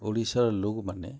ଓଡ଼ିଶାର ଲୋକ୍ମାନେ